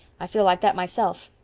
i feel like that myself.